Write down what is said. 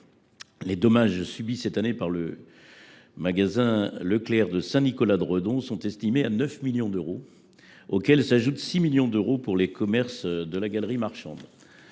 les dommages subis cette année par le magasin Leclerc de Saint Nicolas de Redon sont estimés à 9 millions d’euros, auxquels s’ajoutent 6 millions d’euros pour les commerces de la galerie marchande.